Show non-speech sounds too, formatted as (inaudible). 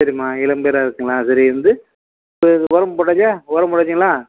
சரிம்மா (unintelligible) சரி இது வந்து இது உரம் போட்டாச்சா உரம் போட்டாச்சிங்களா